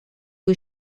que